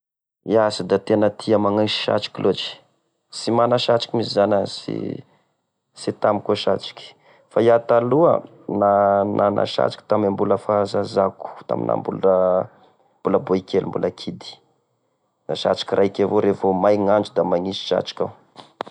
Iaho sy da tena sy tia magnano satroka lôtry, sy mana satriky mihisy zany ia. Sy sy tamiko e satroky, fa iaho taloha, na nana satroky tame mbola fahazazako! Tamin'aho mbola, mbola boy kely mbola kidy, da satroky raiky evao revô maina ny andro da magnisy satroka aho.